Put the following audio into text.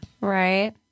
Right